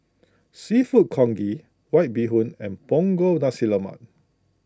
Seafood Congee White Bee Hoon and Punggol Nasi Lemak